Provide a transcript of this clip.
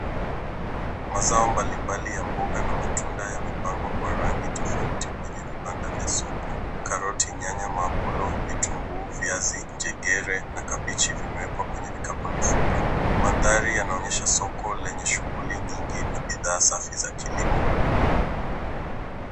Mazao mbalimbali ya mboga na matunda yamepangwa kwa rangi tofauti kwenye vibanda vya soko. Karoti, nyanya, mapulo, vitunguu, viazi, njegere na kabichi vimewekwa kwenye vikapu na mifuko. Mandhari yanaonyesha soko lenye shughuli nyingi na bidhaa safi za kilimo.